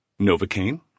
Novocaine